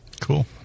Cool